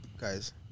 guys